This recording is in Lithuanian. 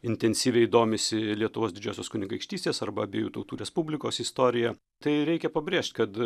intensyviai domisi lietuvos didžiosios kunigaikštystės arba abiejų tautų respublikos istorija tai reikia pabrėžt kad